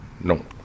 No